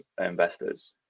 investors